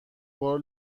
بار